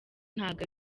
ntago